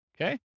Okay